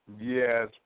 Yes